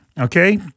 Okay